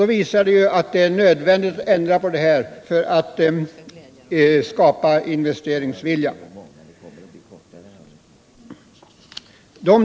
Det visar att det är nödvändigt med en ändring, bl.a. för att skapa god investeringsvilja.